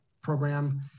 Program